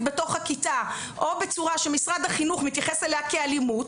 בתוך הכיתה או בצורה שמשרד החינוך מתייחס אליה כאלימות,